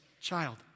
child